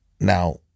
now